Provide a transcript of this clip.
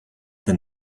than